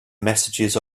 messages